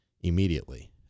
immediately